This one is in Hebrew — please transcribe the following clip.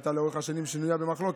הייתה לאורך השנים שנויה במחלוקת,